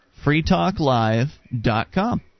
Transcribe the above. freetalklive.com